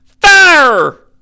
Fire